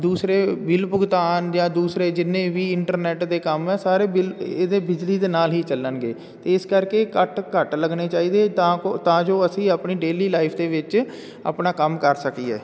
ਦੂਸਰੇ ਬਿਲ ਭੁਗਤਾਨ ਜਾਂ ਦੂਸਰੇ ਜਿੰਨੇ ਵੀ ਇੰਟਰਨੈਟ ਦੇ ਕੰਮ ਆ ਸਾਰੇ ਬਿਲ ਇਹਦੇ ਬਿਜਲੀ ਦੇ ਨਾਲ ਹੀ ਚੱਲਣਗੇ ਅਤੇ ਇਸ ਕਰਕੇ ਕੱਟ ਘੱਟ ਲੱਗਣੇ ਚਾਹੀਦੇ ਤਾਂ ਕਿ ਜੋ ਅਸੀਂ ਆਪਣੀ ਡੇਲੀ ਲਾਈਫ ਦੇ ਵਿੱਚ ਆਪਣਾ ਕੰਮ ਕਰ ਸਕੀਏ